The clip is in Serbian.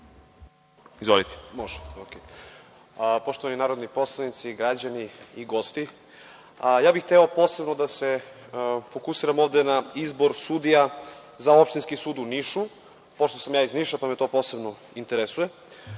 Bošković** Poštovani narodni poslanici, građani i gosti, posebno bih hteo da se fokusiram na izbor sudija za Opštinski sud u Nišu, pošto sam ja iz Niša, pa me to posebno interesuje. Pre